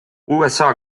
usa